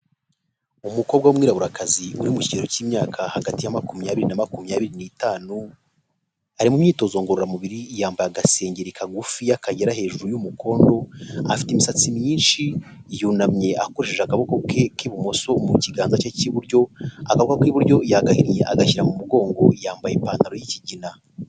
Umukobwa w'umwiraburakazi, uri mu kigeroro cy'imyaka hagati ya makumyabiri na makumyabiri n'itanu, ari mu myitozo ngororamubiri, yambaye agasengeri kagufiya kagera hejuru y'umukondo, afite imisatsi myinshi, yunamye akoresheje agaboko ke k'ibumoso mu kiganza cye cy'iburyo, akaboko k'iburyo yagahinnye, agashyira mu mugongo yambaye ipantaro y'kigina.